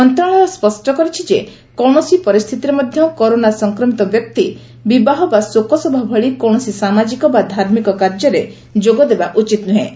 ମନ୍ତ୍ରଶାଳୟ ସ୍ୱଷ୍ଟ କରିଛି ଯେ କୌଣସି ପରିସ୍ଥିତିରେ ମଧ୍ୟ କରୋନା ସଂକ୍ରମିତ ବ୍ୟକ୍ତି ବିବାହ ବା ଶୋକସଭା ଭଳି କୌଣସି ସାମାଜିକ ବା ଧାର୍ମିକ କାର୍ଯ୍ୟରେ ଯୋଗଦେବା ଉଚିତ୍ ନୁହେଁ